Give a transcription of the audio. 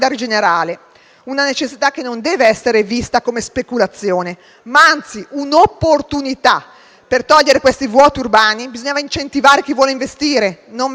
una necessità che non deve essere vista come speculazione, ma anzi come un'opportunità. Per togliere questi vuoti urbani bisognava incentivare chi vuole investire, non mettere paletti.